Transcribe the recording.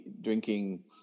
drinking